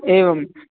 एवम्